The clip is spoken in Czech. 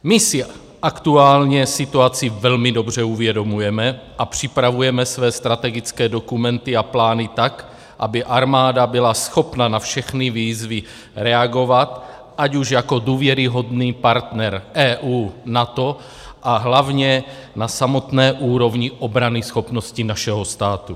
My si aktuálně situaci velmi dobře uvědomujeme a připravujeme své strategické dokumenty a plány tak, aby armáda byla schopna na všechny výzvy reagovat, ať už jako důvěryhodný partner EU, NATO, a hlavně na samotné úrovni obranyschopnosti našeho státu.